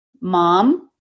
mom